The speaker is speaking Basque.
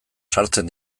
sartzen